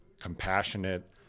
compassionate